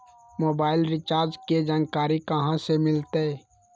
Mobile recharge के जानकारी कहा से मिलतै?